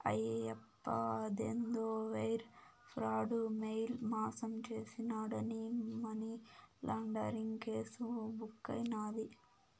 ఆయప్ప అదేందో wire fraud, mail మాసం చేసినాడాని మనీలాండరీంగ్ కేసు బుక్కైనాది